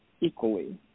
equally